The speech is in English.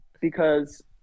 because-